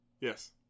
Yes